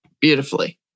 beautifully